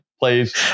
Please